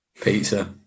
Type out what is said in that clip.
Pizza